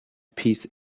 peace